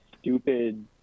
stupid